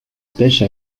pêche